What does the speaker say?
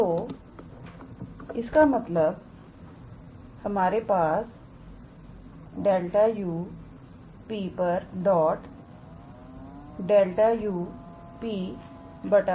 तो इसका मतलब हमारे पास ∇⃗ 𝑢𝑃 ∇⃗ 𝑢𝑃